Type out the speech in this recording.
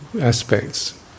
aspects